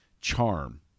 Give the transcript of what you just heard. charm